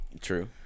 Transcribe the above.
True